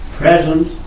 present